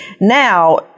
now